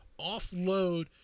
offload